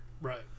Right